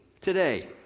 today